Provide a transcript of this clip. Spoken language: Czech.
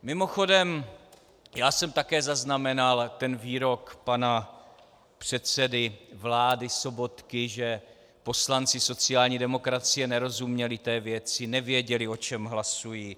Mimochodem, já jsem také zaznamenal výrok pana předsedy vlády Sobotky, že poslanci sociální demokracie nerozuměli té věci, nevěděli, o čem hlasují.